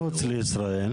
מחוץ לישראל.